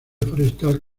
forestal